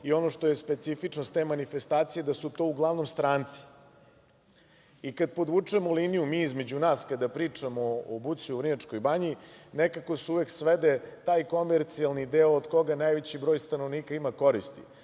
Ono što je specifičnost te manifestacije da su to uglavnom stranci. Kada podvučemo liniju, mi između nas kada pričamo o buci u Vrnjačkoj banji, nekako se uvek svede taj komercijalni deo od koga najveći broj stanovnika ima koristi.